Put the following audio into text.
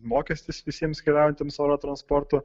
mokestis visiems keliaujantiems oro transportu